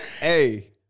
Hey